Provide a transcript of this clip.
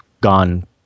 gone